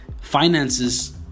finances